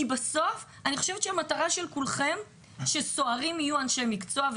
כי בסוף אני חושבת שהמטרה של כולכם שסוהרים יהיו אנשי מקצוע,